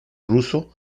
ruso